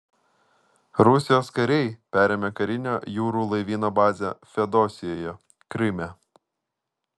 rusijos kariai perėmė karinio jūrų laivyno bazę feodosijoje kryme